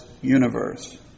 universe